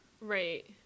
Right